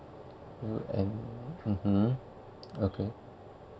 mmhmm okay